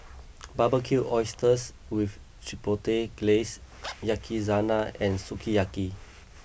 Barbecued Oysters with Chipotle Glaze Yakizakana and Sukiyaki